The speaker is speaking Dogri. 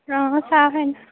हां साफ न